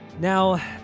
Now